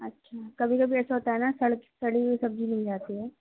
اچھا کبھی کبھی ایسا ہوتا ہے نا سڑی سڑی ہوئی سبزی مل جاتی ہے